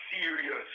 serious